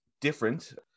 different